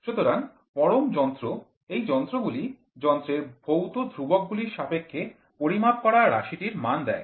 সুতরাং পরম যন্ত্র এই যন্ত্রগুলি যন্ত্রের ভৌত ধ্রুবক গুলির সাপেক্ষে পরিমাপ করা রাশিটির মান দেয়